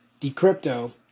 Decrypto